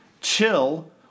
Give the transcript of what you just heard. chill